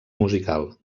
musical